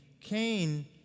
Cain